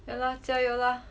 yeah lah 加油 lah